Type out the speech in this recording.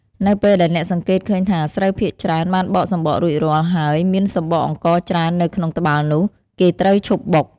នៅពេលដែលអ្នកសង្កេតឃើញថាស្រូវភាគច្រើនបានបកសម្បករួចរាល់ ហើយមានសម្បកអង្ករច្រើននៅក្នុងត្បាល់នោះ គេត្រូវឈប់បុក។